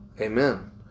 Amen